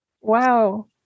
Wow